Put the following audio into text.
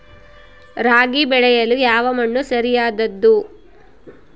ರಾಗಿ ಬೆಳೆಯಲು ಯಾವ ಮಣ್ಣು ಸರಿಯಾದದ್ದು?